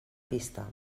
pista